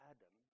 Adam